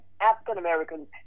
African-Americans